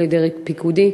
לדרג פיקודי,